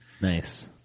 Nice